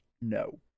No